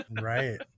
Right